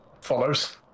follows